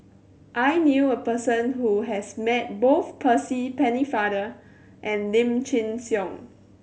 I knew a person who has met both Percy Pennefather and Lim Chin Siong